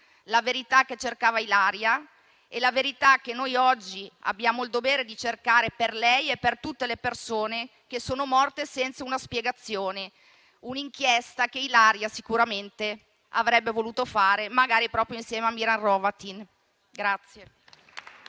La verità che cercava Ilaria è la verità che noi oggi abbiamo il dovere di cercare per lei e per tutte le persone che sono morte senza una spiegazione. Questa è un'inchiesta che Ilaria sicuramente avrebbe voluto fare, magari proprio insieme a Miran Hrovatin.